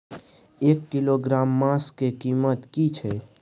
एक किलोग्राम मांस के कीमत की छै?